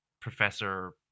professor